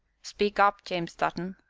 speak up, james dutton,